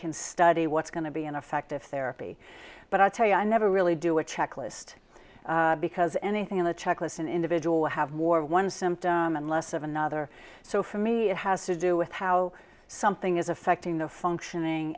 can study what's going to be an effective therapy but i tell you i never really do a checklist because anything on the checklist an individual will have more one symptom and less of another so for me it has to do with how something is affecting the functioning